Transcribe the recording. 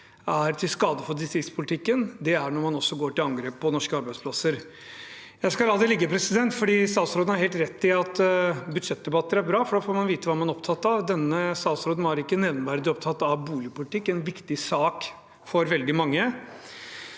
er til skade for distriktspolitikken, er det når man går til angrep på norske arbeidsplasser. Jeg skal la det ligge, for statsråden har helt rett i at budsjettdebatter er bra, for da får man vite hva man er opptatt av. Denne statsråden var ikke nevneverdig opptatt av boligpolitikk, en viktig sak for veldig mange.